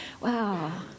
wow